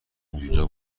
اونجا